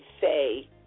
say